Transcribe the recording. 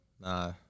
nah